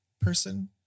person